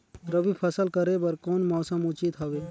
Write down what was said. रबी फसल करे बर कोन मौसम उचित हवे?